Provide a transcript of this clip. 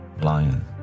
lion